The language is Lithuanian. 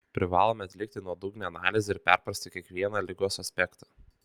privalome atlikti nuodugnią analizę ir perprasti kiekvieną ligos aspektą